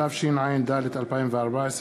התשע"ד 2014,